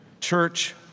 church